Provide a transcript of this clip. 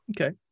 Okay